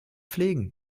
pflegen